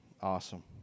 awesome